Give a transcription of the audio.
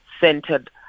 centered